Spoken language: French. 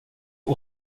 aux